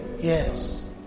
Yes